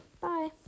Bye